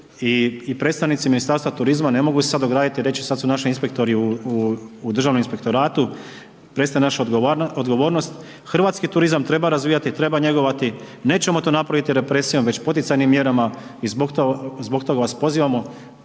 i predstavnici Ministarstva turizma ne mogu se sad ograditi i reći sad su naši inspektori u Državnom inspektoratu, prestaje naša odgovornost, hrvatski turizam treba razvijati, treba njegovati, nećemo to napraviti represijom već poticajnim mjerama i zbog toga vas pozivamo